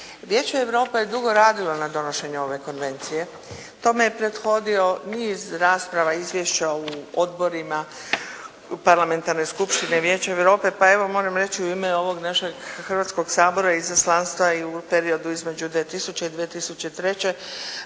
Vijeće Europe je dugo radilo na donošenju ove konvencije. Tome je prethodio niz rasprava i izvješća u odborima Parlamentarne skupštine Vijeća Europe. Pa evo moram reći u ime ovog našeg Hrvatskoga sabora i izaslanstva u periodu između 2000. i 2003.